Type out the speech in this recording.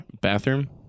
bathroom